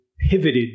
pivoted